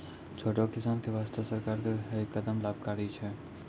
छोटो किसान के वास्तॅ सरकार के है कदम लाभकारी छै